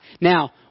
Now